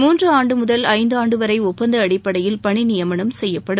மூன்று ஆண்டு முதல் ஐந்தாண்டு வரை ஒப்பந்த அடிப்படையில் பணி நியமனம் செய்யப்படும்